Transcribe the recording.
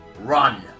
run